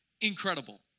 Incredible